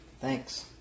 Thanks